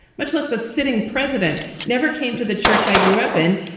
much less a sitting president, never came to the church i grew up in.